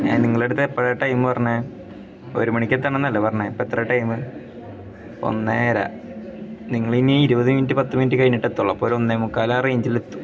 ഞാൻ നിങ്ങളുടെയടുത്ത് എപ്പോഴാണ് ടൈം പറഞ്ഞത് ഒരു മണിക്കെത്തണമെന്നല്ലെ പറഞ്ഞത് ഇപ്പം എത്ര ടൈം ഒന്നര നിങ്ങളിനി ഇരുപത് മിനിറ്റ് പത്ത് മിനിറ്റ് കഴിഞ്ഞിട്ടേ എത്തുകയുള്ളൂ അപ്പോൾ ഒരൊന്നേ മുക്കാൽ ആ റേഞ്ചിലെത്തും